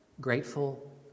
Grateful